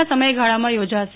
ના સમયગાળામાં યોજાશે